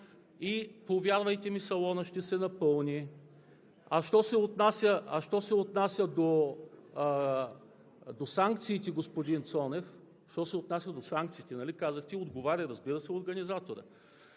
и, повярвайте ми, салонът ще се напълни. А що се отнася до санкциите, господин Цонев – що се отнася до санкциите, нали казахте, отговаря, разбира се, организаторът.